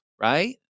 right